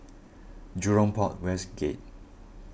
Jurong Port West Gate